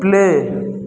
play